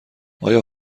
آیا